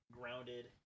grounded